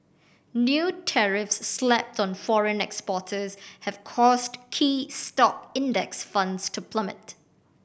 new tariffs slapped on foreign exporters have caused key stock Index Funds to plummet